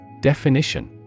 Definition